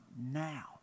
now